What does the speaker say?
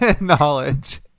Knowledge